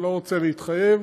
אני לא רוצה להתחייב,